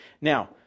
Now